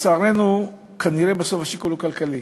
לצערנו, כנראה בסוף השיקול הוא כלכלי.